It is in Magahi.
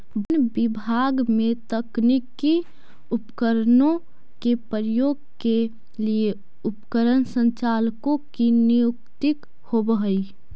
वन विभाग में तकनीकी उपकरणों के प्रयोग के लिए उपकरण संचालकों की नियुक्ति होवअ हई